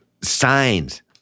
signs